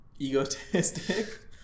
Egotistic